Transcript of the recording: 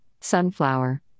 Sunflower